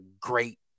great